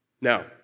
Now